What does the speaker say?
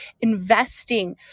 investing